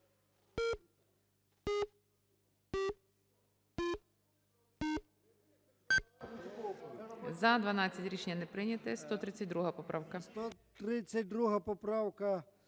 За-12 Рішення не прийнято. 132 поправка.